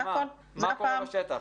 מה קורה בשטח?